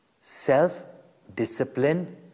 self-discipline